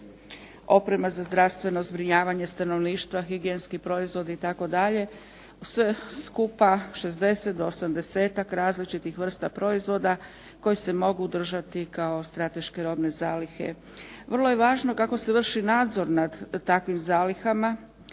oprema za zdravstveno zbrinjavanje stanovništva, higijenski proizvodi itd. Sve skupa 60 do osamdesetak različitih vrsta proizvoda koji se mogu držati kao strateške robne zalihe. Vrlo je važno kako se vrši nadzor nad takvim zalihama